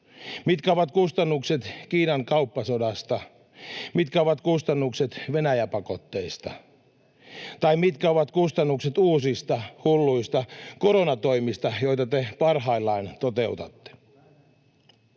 Mitkä ovat kustannukset Kiinan kauppasodasta, mitkä ovat kustannukset Venäjä-pakotteista? Tai mitkä ovat kustannukset uusista hulluista koronatoimista, joita te parhaillaan toteutatte?